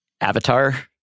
Avatar